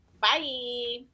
bye